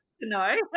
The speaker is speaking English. No